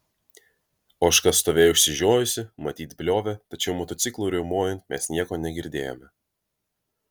ožka stovėjo išsižiojusi matyt bliovė tačiau motociklui riaumojant mes nieko negirdėjome